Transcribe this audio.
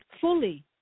fully